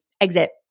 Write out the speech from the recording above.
exit